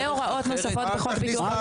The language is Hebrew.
והוראות נוספות בחוק הפיקוח.